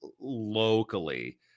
locally